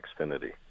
Xfinity